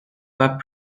pas